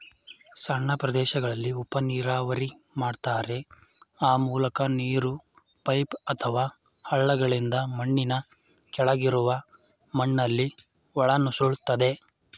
ಸಣ್ಣ ಪ್ರದೇಶಗಳಲ್ಲಿ ಉಪನೀರಾವರಿ ಮಾಡ್ತಾರೆ ಆ ಮೂಲಕ ನೀರು ಪೈಪ್ ಅಥವಾ ಹಳ್ಳಗಳಿಂದ ಮಣ್ಣಿನ ಕೆಳಗಿರುವ ಮಣ್ಣಲ್ಲಿ ಒಳನುಸುಳ್ತದೆ